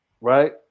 right